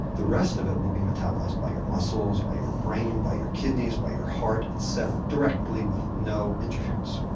the rest of it will be metabolised by your muscles, by your brain, by your kidneys, by your heart etc. directly with no interference.